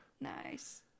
nice